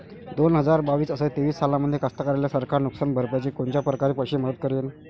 दोन हजार बावीस अस तेवीस सालामंदी कास्तकाराइले सरकार नुकसान भरपाईची कोनच्या परकारे पैशाची मदत करेन?